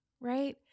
right